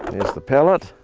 the palette.